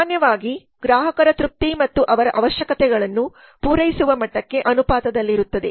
ಸಾಮಾನ್ಯವಾಗಿ ಗ್ರಾಹಕರ ತೃಪ್ತಿ ಅವರ ಅವಶ್ಯಕತೆಗಳನ್ನು ಪೂರೈಸುವ ಮಟ್ಟಕ್ಕೆ ಅನುಪಾತದಲ್ಲಿರುತ್ತದೆ